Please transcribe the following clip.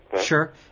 Sure